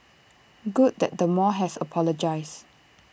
good that the mall has apologised